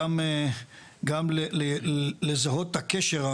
גם לזהות את הקשר,